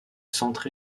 centré